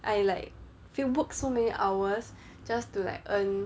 I like if you book so many hours just to like earn